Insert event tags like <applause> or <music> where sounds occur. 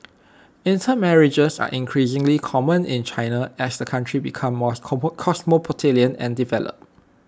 intermarriages are increasingly common in China as the country becomes more <unintelligible> cosmopolitan and developed